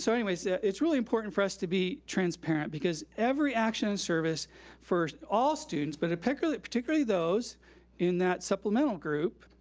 so anyways, yeah it's really important for us to be transparent because every action and service for all students, but particularly particularly those in that supplemental group,